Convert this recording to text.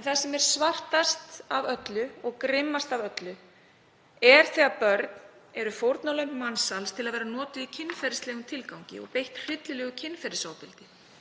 en það sem er svartast og grimmast af öllu er þegar börn eru fórnarlömb mansals, notuð í kynferðislegum tilgangi og beitt hryllilegu kynferðisofbeldi.